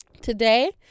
Today